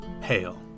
hail